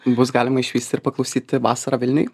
bus galima išvysti ir paklausyti vasarą vilniuj